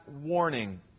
warning